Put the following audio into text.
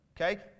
Okay